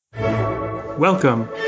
Welcome